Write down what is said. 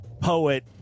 poet